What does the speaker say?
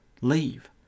leave